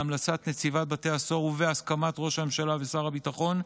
בהמלצת נציבת בתי הסוהר ובהסכמת ראש הממשלה ושר הביטחון,